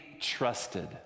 trusted